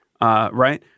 right